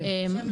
כן.